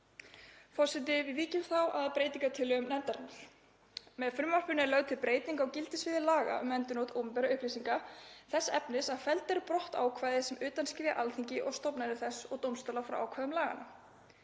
Forseti. Við víkjum þá að breytingartillögum nefndarinnar. Með frumvarpinu er lögð til breyting á gildissviði laga um endurnot opinberra upplýsinga þess efnis að felld verði brott ákvæði sem undanskilja Alþingi og stofnanir þess og dómstóla frá ákvæðum laganna.